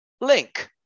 link